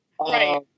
Right